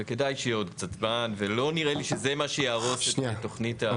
וכדאי שיהיה עוד קצת זמן ולא נראה לי שזה מה שיהרוס את התוכנית.